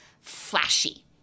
flashy